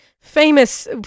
famous